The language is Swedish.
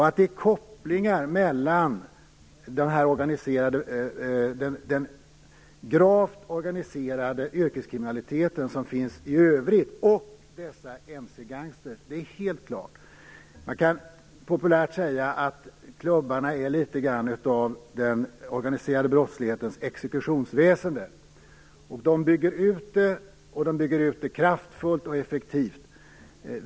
Att det finns kopplingar mellan den gravt organiserade yrkeskriminalitet som finns i övrigt och dessa mc-gangstrar är helt klart. Man kan populärt säga att klubbarna är litet grand av den organiserade brottslighetens exekutionsväsende. De bygger ut det, och de gör det kraftfullt och effektivt.